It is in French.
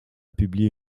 publié